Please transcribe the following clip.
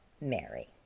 Mary